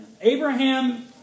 Abraham